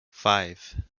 five